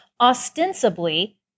ostensibly